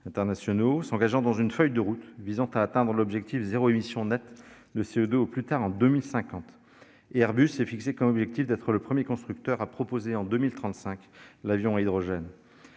ou ACI, s'engageant dans une feuille de route visant à atteindre l'objectif zéro émission nette de CO2 au plus tard en 2050. Airbus s'est fixé comme objectif d'être le premier constructeur à proposer, en 2035, l'avion à hydrogène.